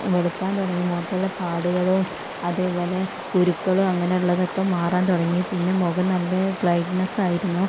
വെളുക്കാൻ തുടങ്ങി മുഖത്തുള്ള പാടുകളും അതേപോലെ കുരുക്കളും അങ്ങനെ ഉള്ളതൊക്കെ മാറാൻ തുടങ്ങി പിന്നെ മുഖം നല്ല ബ്രൈറ്റ്നെസ്സായിരുന്നു